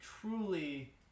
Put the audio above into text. truly